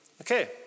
Okay